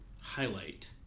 highlight